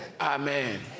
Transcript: Amen